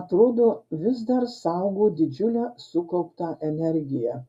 atrodo vis dar saugo didžiulę sukauptą energiją